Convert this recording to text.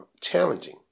challenging